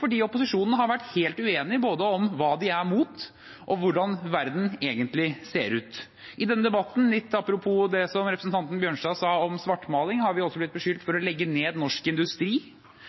for opposisjonen har vært helt uenige både om hva de er imot, og om hvordan verden egentlig ser ut. I denne debatten – litt apropos det som representanten Bjørnstad sa om svartmaling – har vi blitt beskyldt for å legge ned norsk industri.